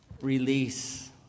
release